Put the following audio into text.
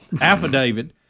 affidavit